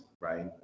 right